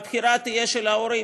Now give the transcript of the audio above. הבחירה תהיה של ההורים.